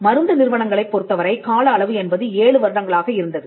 மருந்து நிறுவனங்களைப் பொருத்தவரை கால அளவு என்பது ஏழு வருடங்களாக இருந்தது